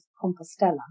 Compostela